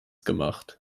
gemacht